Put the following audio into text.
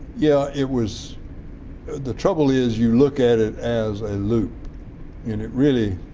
yeah. it was the trouble is you look at it as a loop and it really